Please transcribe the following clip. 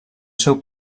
seu